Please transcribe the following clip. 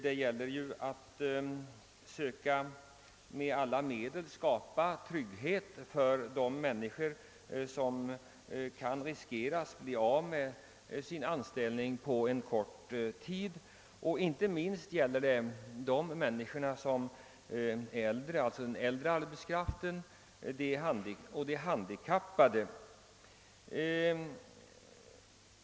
Det gäller att med alla medel skapa trygghet för de människor som kan riskera att på kort tid bli av med sin anställning — inte minst för den äldre arbetskraften och de handikappade.